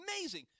amazing